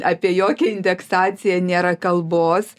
apie jokią indeksaciją nėra kalbos